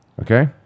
Okay